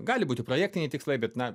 gali būti projektiniai tikslai bet na